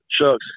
shucks